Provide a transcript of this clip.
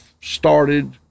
started